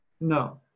No